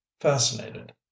fascinated